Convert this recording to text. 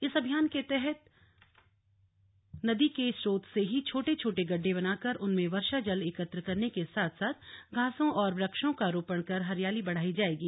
इस अभियान के अंतर्गत नदी के स्रोत से ही छोटे छोटे गड्वे बनाकर उनमें वर्षा जल एकत्र करने के साथ साथ घासों और वृक्षों का रोपण कर हरियाली बढ़ाई जाएगी